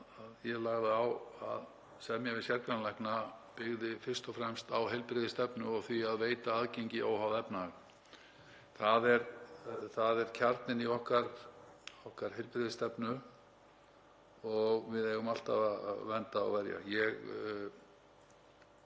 ég lagði á að semja við sérgreinalækna byggði fyrst og fremst á heilbrigðisstefnu og því að veita aðgengi óháð efnahag. Það er kjarninn í okkar heilbrigðisstefnu og við eigum alltaf að vernda og verja.